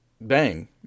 bang